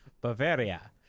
bavaria